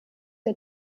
der